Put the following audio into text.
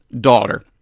daughter